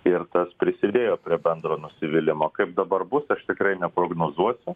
ir tas prisidėjo prie bendro nusivylimo kaip dabar bus aš tikrai neprognozuosiu